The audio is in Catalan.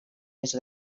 més